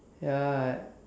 ya